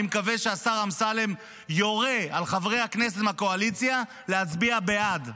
אני מקווה שהשר אמסלם יורה לחברי הכנסת מהקואליציה להצביע בעד.